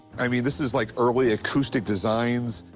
i mean, this is like early acoustic designs.